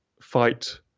fight